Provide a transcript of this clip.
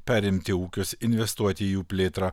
perimti ūkius investuoti į jų plėtrą